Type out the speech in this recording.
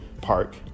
park